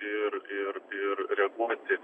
ir ir ir reaguoti